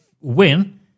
win